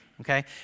okay